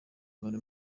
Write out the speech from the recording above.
bari